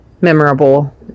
memorable